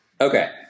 Okay